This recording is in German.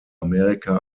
amerika